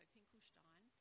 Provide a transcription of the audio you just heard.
Finkelstein